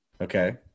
Okay